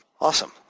Awesome